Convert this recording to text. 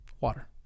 Water